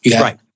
Right